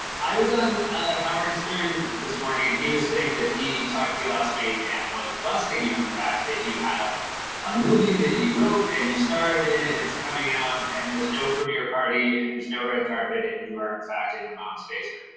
i was on howard stern this morning, and he was saying that he talked to you last week and was busting you on the fact that you have a movie that you wrote and you starred in and it's coming out and there's no premiere party and there's no red carpet and you are, in fact, in your mom's basement.